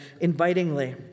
invitingly